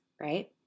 right